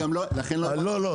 לא,